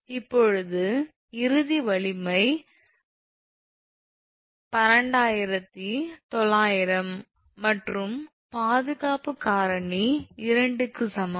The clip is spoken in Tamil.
இப்போது இறுதி வலிமை 12900 மற்றும் பாதுகாப்பு காரணி 2 க்கு சமம்